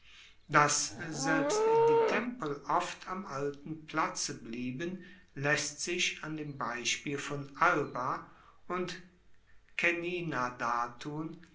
dass selbst die tempel oft am alten platze blieben laesst sich an dem beispiel von alba und caenina dartun